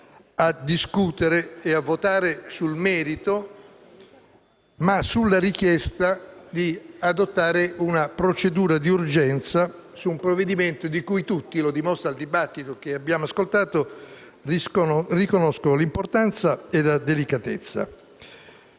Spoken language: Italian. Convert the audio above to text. a discutere e a votare non nel merito, bensì sulla richiesta di adottare una procedura d'urgenza per un provvedimento di cui tutti - lo dimostra il dibattito che abbiamo ascoltato - riconoscono l'importanza e la delicatezza.